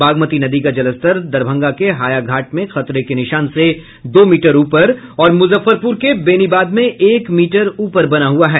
बागमती नदी का जलस्तर दरभंगा के हायाघाट में खतरे के निशान से दो मीटर ऊपर और मुजफ्फरपुर के बेनीबाद में एक मीटर ऊपर बना हुआ है